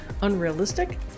unrealistic